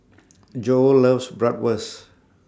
Joe loves Bratwurst